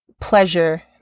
pleasure